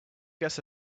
guess